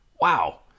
Wow